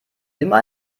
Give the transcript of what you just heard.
immer